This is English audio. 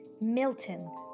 Milton